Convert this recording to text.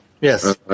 Yes